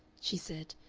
she said,